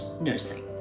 nursing